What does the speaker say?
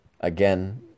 again